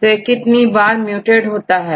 पेट कितनी बार म्यूटएड होता है